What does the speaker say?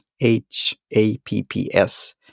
H-A-P-P-S